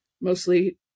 Mostly